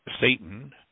Satan